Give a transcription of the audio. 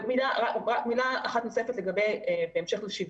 מילה אחת נוספת בהמשך לשוויון.